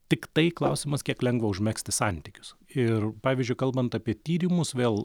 tiktai klausimas kiek lengva užmegzti santykius ir pavyzdžiui kalbant apie tyrimus vėl